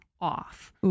off